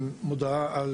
לכל